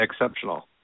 exceptional